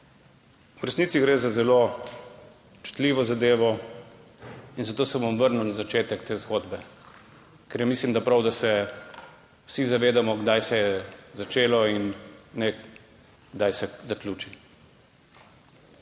V resnici gre za zelo občutljivo zadevo in zato se bom vrnil na začetek te zgodbe, ker mislim, da je prav, da se vsi zavedamo, kdaj se je začelo in ne kdaj se zaključi.